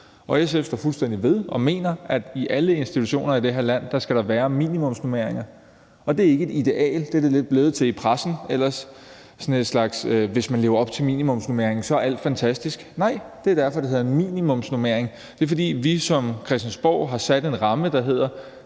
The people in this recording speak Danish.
og SF står fuldstændig ved og mener, at der i alle institutioner i det her land skal være minimumsnormeringer, og det er ikke et ideal. Det er det ellers blevet lidt til i pressen, altså sådan noget med, at hvis man lever op til minimumsnormeringen, så er alt fantastisk. Nej, og det er derfor, det hedder en minimumsnormering. For vi har som Christiansborg sat en ramme, der handler